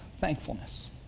thankfulness